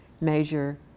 measure